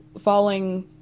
falling